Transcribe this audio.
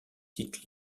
tite